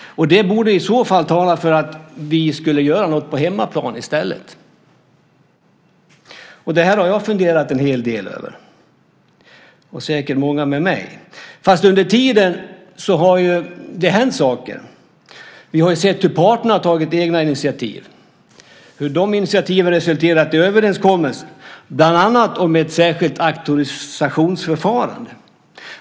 Det borde tala för att vi i stället gör något på hemmaplan. Detta har jag, och säkert många med mig, funderat en hel del på. Men under tiden har saker hänt. Vi har sett hur parterna har tagit egna initiativ och hur de initiativen har resulterat i överenskommelser bland annat om ett särskilt auktorisationsförfarande.